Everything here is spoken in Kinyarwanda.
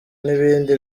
n’ibindi